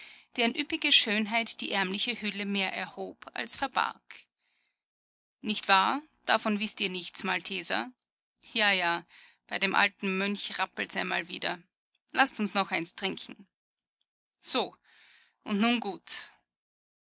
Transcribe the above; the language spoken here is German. dessen üppige schönheit die ärmliche hülle mehr erhob als verbarg nicht wahr davon wißt ihr nichts malteser ja ja bei dem alten mönch rappelts einmal wieder laßt uns noch eins trinken so und nun gut